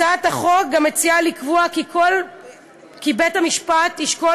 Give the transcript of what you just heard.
הצעת החוק גם מציעה לקבוע כי בית-המשפט ישקול